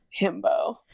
himbo